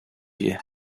you